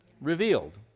revealed